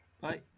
Bye